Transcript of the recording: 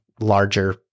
larger